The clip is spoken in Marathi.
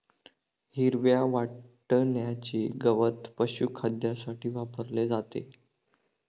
हिरव्या वाटण्याचे गवत पशुखाद्यासाठी वापरले जाते